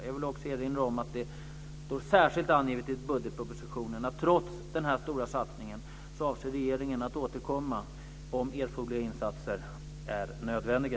Jag vill också erinra om att det särskilt står angivet i budgetpropositionen att regeringen, trots denna stora satsning, avser att återkomma om ytterligare insatser är nödvändiga.